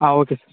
okay sir